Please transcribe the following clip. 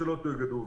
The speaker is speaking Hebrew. הואגדו,